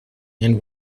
and